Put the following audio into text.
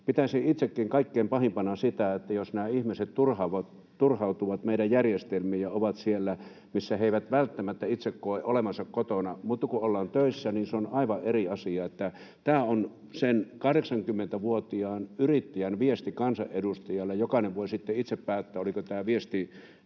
Pitäisin itsekin kaikkein pahimpana sitä, että nämä ihmiset turhautuvat meidän järjestelmiin ja ovat siellä, missä he eivät välttämättä itse koe olevansa kotona. Kun ollaan töissä, niin se on aivan eri asia. Tämä on sen 80‑vuotiaan yrittäjän viesti kansanedustajille. Jokainen voi sitten itse päättää, oliko tämä viesti